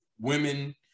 women